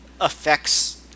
affects